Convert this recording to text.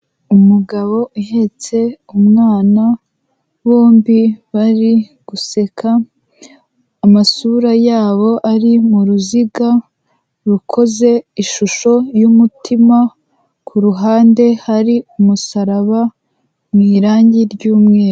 Umugabo uhetse umwana bombi bari guseka, amasura yabo ari mu ruziga rukoze ishusho y'umutima, kuruhande hari umusaraba mu irangi ry'umweru.